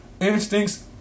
instincts